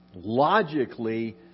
logically